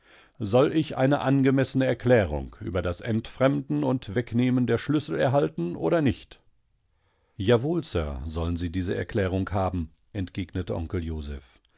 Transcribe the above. soll ich eine angemessene erklärung über das entfremdenundwegnehmendieserschlüsselerhaltenodernicht jawohl sir sollen sie diese erklärung haben entgegnete onkel